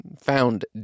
found